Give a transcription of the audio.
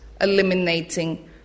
eliminating